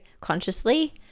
consciously